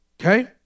Okay